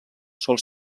sol